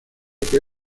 que